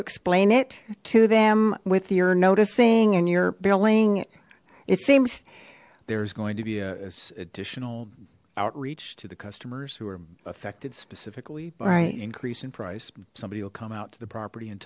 explain it to them with your noticing and your billing it seems there's going to be a additional outreach to the customers who are affected specifically by increase in price somebody will come out to the property and